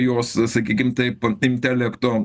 jos sakykim taip intelekto